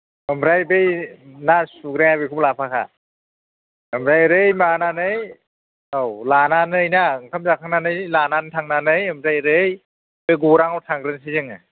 ओमफ्राय बै ना सुग्राया बेखौबो लाफाखा ओमफ्राय ओरै माबानानै औ लानानै ना ओंखाम जाखांनानै लानानै थांनानै ओमफ्राय ओरै गौरांआव थांग्रोनोसै जोङो